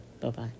Bye-bye